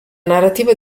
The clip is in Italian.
narrativa